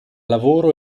lavoro